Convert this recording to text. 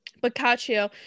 Boccaccio